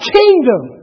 kingdom